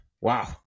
wow